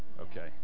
Okay